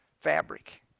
fabric